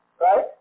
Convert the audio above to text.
Right